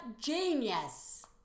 genius